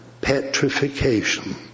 petrification